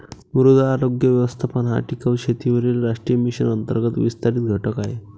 मृदा आरोग्य व्यवस्थापन हा टिकाऊ शेतीवरील राष्ट्रीय मिशन अंतर्गत विस्तारित घटक आहे